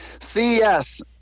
CES